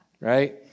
right